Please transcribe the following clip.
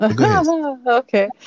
Okay